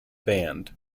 band